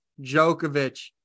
Djokovic